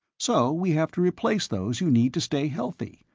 so we have to replace those you need to stay healthy.